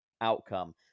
outcome